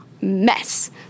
mess